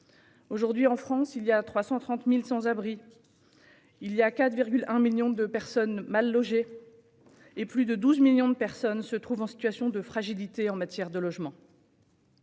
Aujourd'hui en France, on compte 330 000 sans-abri et 4,1 millions de personnes mal logées ; plus de 12 millions de personnes se trouvent en situation de fragilité en matière de logement.